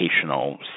educational